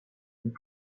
and